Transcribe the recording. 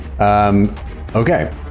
Okay